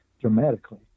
dramatically